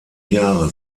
jahre